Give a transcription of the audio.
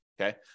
okay